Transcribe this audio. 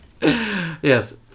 Yes